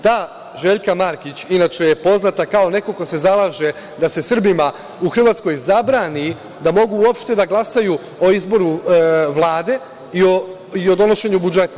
Ta Željka Markić inače je poznata kao neko ko se zalaže da se Srbima u Hrvatskoj zabrani da mogu uopšte da glasaju o izboru Vlade i o donošenju budžeta.